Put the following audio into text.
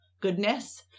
goodness